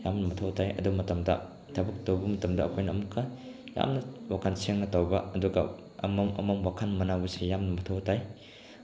ꯌꯥꯝꯅ ꯃꯊꯧ ꯇꯥꯏ ꯑꯗꯨ ꯃꯇꯝꯗ ꯊꯕꯛ ꯇꯧꯕ ꯃꯇꯝꯗ ꯑꯩꯈꯣꯏꯅ ꯑꯃꯨꯛꯀ ꯌꯥꯝꯅ ꯋꯥꯈꯜ ꯁꯦꯡꯅ ꯇꯧꯕ ꯑꯗꯨꯒ ꯑꯃ ꯑꯃ ꯋꯥꯈꯜ ꯃꯥꯟꯅꯕꯁꯦ ꯌꯥꯝ ꯃꯊꯧ ꯇꯥꯏ